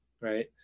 Right